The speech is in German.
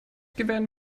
gewähren